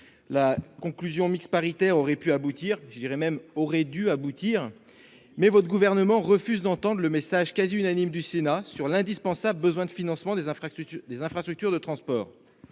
La commission mixte paritaire aurait pu et même dû aboutir, mais le Gouvernement refuse d'entendre le message quasi unanime du Sénat sur l'indispensable besoin de financement des infrastructures de transport.